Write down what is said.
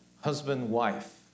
husband-wife